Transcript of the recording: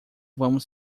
vamos